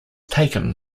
taken